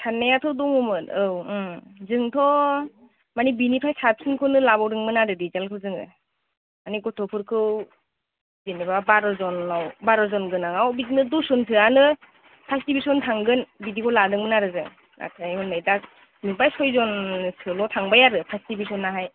साननायाथ' दङमोन औ जोंथ' माने बिनिफ्राय साबसिनखौनो लाबावदोंमोन आरो रिजाल्टखौ जोङो माने गथ'फोरखौ जेन'बा बार'जनाव बार'जन गोनाङाव बिदिनो दसजनसोआनो फास्त डिभिसन थांगोन बिदिखौ लादोंमोन आरो जों नाथाय हनै दा नुबाय सयजनसोल' थांबाय आरो फास्त डिभिसनाहाय